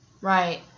right